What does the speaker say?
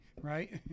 right